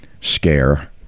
scare